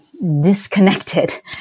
disconnected